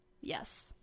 Yes